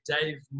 Dave